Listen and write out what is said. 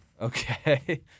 Okay